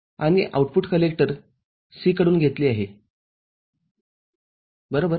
आणि output collector C कडून घेतले आहे - बरोबर